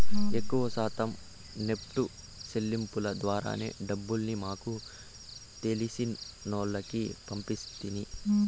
ఎక్కవ శాతం నెప్టు సెల్లింపుల ద్వారానే డబ్బుల్ని మాకు తెలిసినోల్లకి పంపిస్తిని